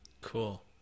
Cool